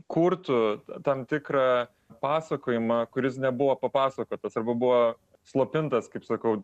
kurtų tam tikrą pasakojimą kuris nebuvo papasakotas arba buvo slopintas kaip sakau